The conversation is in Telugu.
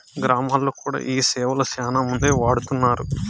గ్రామాల్లో కూడా ఈ సేవలు శ్యానా మందే వాడుతున్నారు